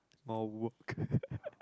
more